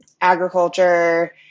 agriculture